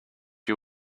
you